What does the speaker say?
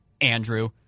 andrew